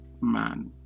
man